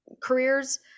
careers